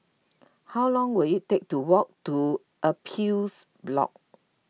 how long will it take to walk to Appeals Board